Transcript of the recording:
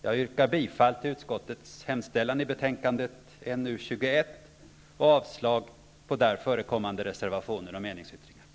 Jag yrkar bifall till utskottets hemställan i betänkande NU21 och avslag på där förekommande reservationer och meningsyttringar.